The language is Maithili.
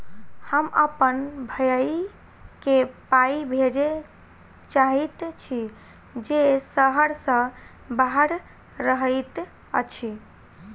हम अप्पन भयई केँ पाई भेजे चाहइत छि जे सहर सँ बाहर रहइत अछि